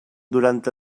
durant